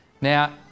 Now